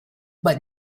but